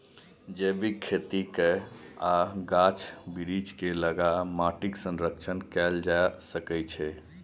जैबिक खेती कए आ गाछ बिरीछ केँ लगा माटिक संरक्षण कएल जा सकै छै